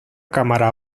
cámara